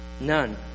None